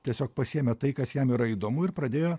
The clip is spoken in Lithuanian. tiesiog pasiėmė tai kas jam yra įdomu ir pradėjo